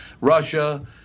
Russia